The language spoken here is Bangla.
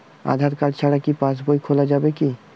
আধার কার্ড ছাড়া কি পাসবই খোলা যাবে কি?